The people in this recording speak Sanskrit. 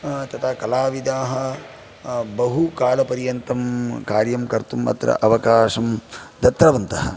तता कलाविधाः बहुकालपर्यन्तं कार्यं कर्तुम् अत्र अवकाशं दत्तवन्तः